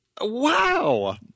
Wow